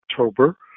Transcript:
October